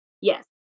Yes